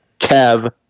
Kev